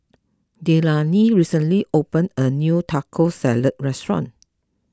Delaney recently opened a new Taco Salad restaurant